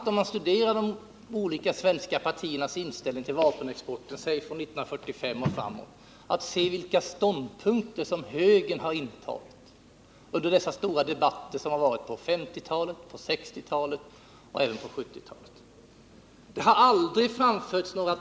När man studerar de olika svenska partiernas inställning till vapenexport, säg från 1945 och framåt, är det intressant att se vilka ståndpunkter högern intagit under de stora debatter som förts under 1950-talet och 1960-talet och även på 1970-talet.